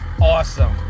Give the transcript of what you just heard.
awesome